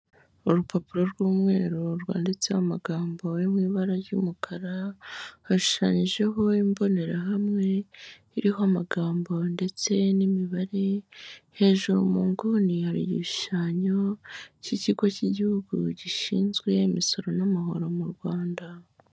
Urupapuro rw'umweru rwanditseho amagambo yo mu ibara ry'umukara, hashushanyijeho imbonerahamwe, iriho amagambo ndetse n'imibare, hejuru mu nguni igishushanyo cy'ikigo cy'igihugu gishinzwe imisoro n'amahoro mu Rwanda.